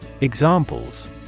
Examples